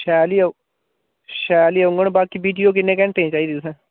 शैल ही हो शैल ही औङन बाकी विडियो किन्ने घैंटे दी चाहिदी तुसें